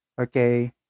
okay